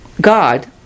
God